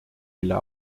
mille